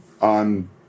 on